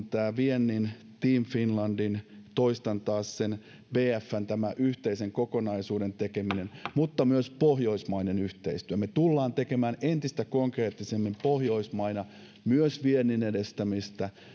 tämä viennin team finlandin toistan taas sen bfn tämän yhteisen kokonaisuuden tekeminen mutta on myös pohjoismainen yhteistyö me tulemme tekemään entistä konkreettisemmin pohjoismaina myös viennin edistämistä ja